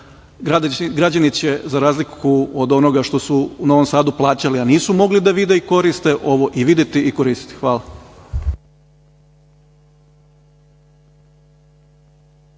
građani za razliku od onoga što u Novom Sadu plaćali, a nisu mogli da vide i koriste , ovo i videti i koristiti. Hvala.